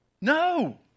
No